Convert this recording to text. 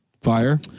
Fire